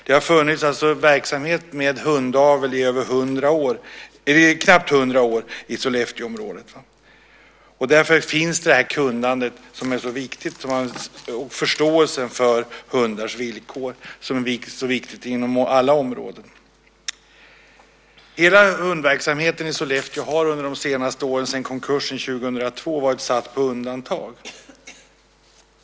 Det har funnits verksamhet med hundavel i knappt 100 år i Sollefteåområdet. Därför finns kunnandet där, som är så viktigt, och förståelsen för hundars villkor. Det är ju viktigt på alla områden. Hela hundverksamheten i Sollefteå har under de senaste åren sedan konkursen 2002 varit satt på undantag.